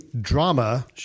drama